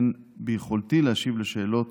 אין ביכולתי להשיב לשאלות